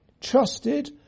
trusted